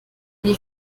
wie